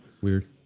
Weird